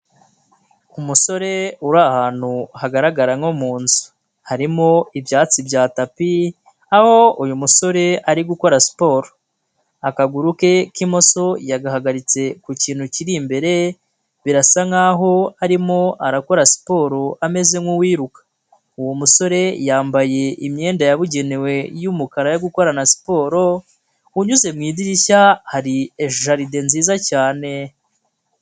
Umusore uri ahantu hagaragara nko mu nzu, harimo ibyatsi bya tapi aho uyu musore ari gukora siporo, akaguru ke k'imoso yagahagaritse ku kintu kiri imbere birasa nkaho arimo arakora siporo ameze nk'uwiruka uwo musore yambaye imyenda yabugenewe y'umukara yo gukorana siporo unyuze mu idirishya hari jaride nziza cyane.